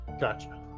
Gotcha